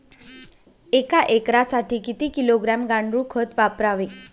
एक एकरसाठी किती किलोग्रॅम गांडूळ खत वापरावे?